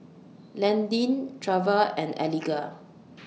Landin Treva and Eliga